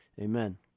amen